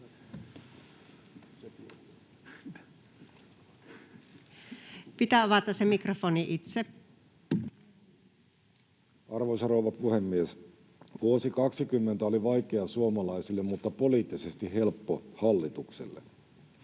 Arvoisa rouva puhemies! Vuosi 20 oli vaikea suomalaisille, mutta poliittisesti helppo hallitukselle.